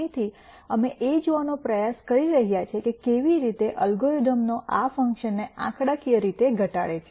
તેથી અમે એ જોવાનો પ્રયાસ કરી રહ્યા છીએ કે કેવી રીતે અલ્ગોરિધમનો આ ફંકશન ને આંકડાકીય રીતે ઘટાડે છે